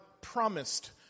promised